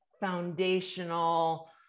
foundational